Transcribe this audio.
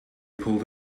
pulled